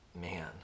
man